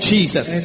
Jesus